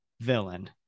villain